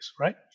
right